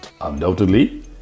Undoubtedly